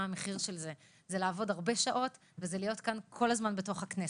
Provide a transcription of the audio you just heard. המחיר של זה זה לעבוד הרבה שעות ולהיות כאן כל הזמן בתוך הכנסת.